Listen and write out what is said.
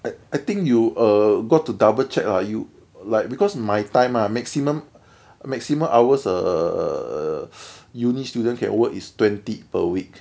I I think you err got to double check ah you like because my time ah maximum maximum hours err uni students can work is twenty per week